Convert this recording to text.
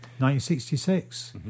1966